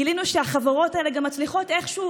גילינו שהחברות האלה גם מצליחות איכשהו